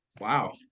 Wow